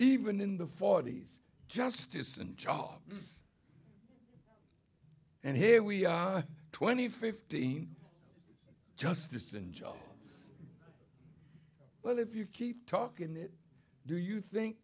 even in the forty's justice and jobs and here we are twenty fifteen justice and job well if you keep talking it do you think